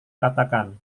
katakan